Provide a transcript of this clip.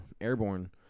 airborne